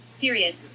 period